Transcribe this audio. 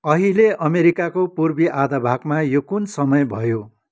अहिले अमेरिकाको पूर्वी आधा भागमा यो कुन समय भयो